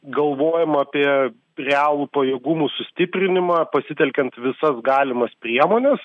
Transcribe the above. galvojama apie realų pajėgumų sustiprinimą pasitelkiant visas galimas priemones